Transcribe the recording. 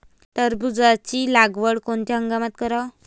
टरबूजाची लागवड कोनत्या हंगामात कराव?